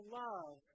love